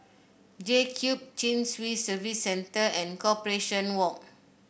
JCube Chin Swee Service Centre and Corporation Walk